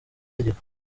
tegeko